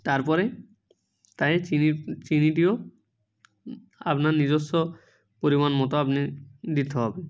তারপরে চায়ে চিনি চিনিটিও আপনার নিজস্ব পরিমাণ মতো আপনি দিতে হবে